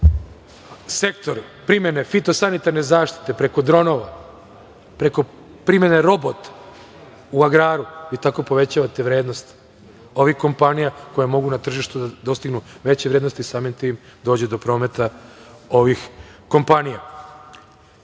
sektor primene fitosanitarne zaštite preko dronova, preko primene robota u agraru, vi tako povećavate vrednost ovih kompanija koje mogu na tržištu da dostignu veće vrednosti i samim tim dođe do prometa ovih kompanija. Sledeći